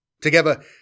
Together